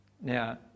Now